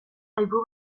aipu